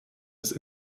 des